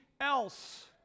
else